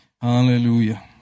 Hallelujah